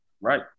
Right